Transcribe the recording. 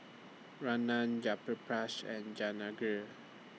Ramnath Jayaprakash and Jehangirr